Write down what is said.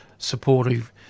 supportive